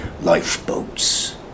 lifeboats